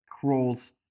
crawls